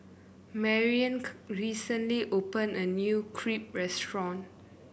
recently opened a new Crepe Restaurant